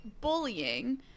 bullying